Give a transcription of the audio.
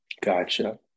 gotcha